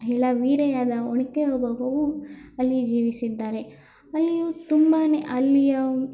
ಮಹಿಳಾ ವೀರೆಯಾದ ಒನ್ಕೆ ಓಬವ್ವವು ಅಲ್ಲಿ ಜೀವಿಸಿದ್ದಾರೆ ಅಲ್ಲಿಯೂ ತುಂಬಾ ಅಲ್ಲಿಯ